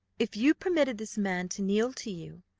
if you permitted this man to kneel to you,